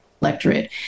electorate